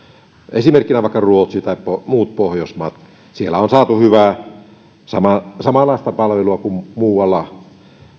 esimerkkinä vaikka ruotsi tai muut pohjoismaat siellä on saatu hyvää samanlaista palvelua kuin muualla